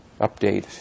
update